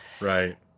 right